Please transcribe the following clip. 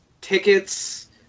tickets